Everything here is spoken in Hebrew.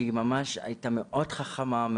היא הייתה מאוד חכמה,